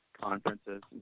conferences